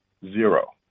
zero